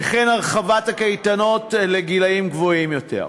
וכן, הרחבת הקייטנות לגילאים גבוהים יותר,